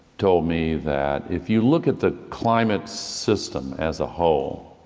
told me that if you look at the climate system as a whole,